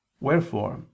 wherefore